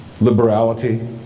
liberality